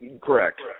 Correct